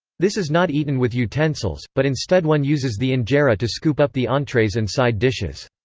this is not eaten with utensils, but instead one uses the injera to scoop up the entrees and side dishes.